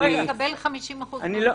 הוא יקבל 50% מהמשכורת.